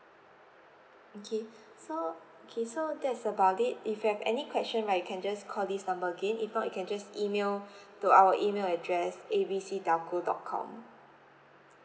okay so okay so that is about it if you have any question right you can just call this number again if not you can just email to our email address A B C telco dot com